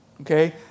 Okay